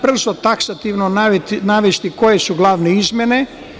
Brzo, taksativno ću navesti koje su glavne izmene.